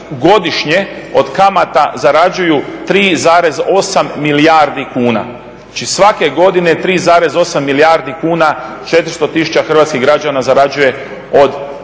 godišnje od kamata zarađuju 3,8 milijardi kuna. Znači svake godine 3,8 milijardi kuna 400 tisuća hrvatskih građana zarađuje od kamata